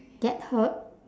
get her